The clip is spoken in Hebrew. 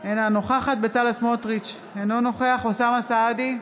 אינה נוכחת בצלאל סמוטריץ' אינו נוכח אוסאמה סעדי,